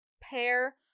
pair